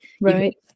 right